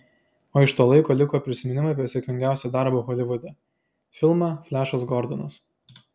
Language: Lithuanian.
o iš to laiko liko prisiminimai apie sėkmingiausią darbą holivude filmą flešas gordonas